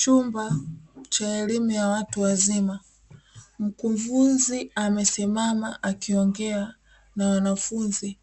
Chumba cha elimu ya watu wazima mkufunzi amesimama akiongea na wanafunzi,